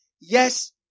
Yes